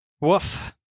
Woof